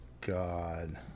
God